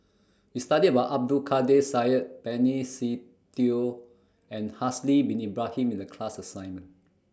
We studied about Abdul Kadir Syed Benny Se Teo and Haslir Bin Ibrahim in The class assignment